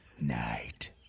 Night